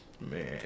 man